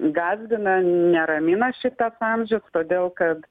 gąsdina neramina šitas amžius todėl kad